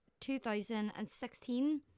2016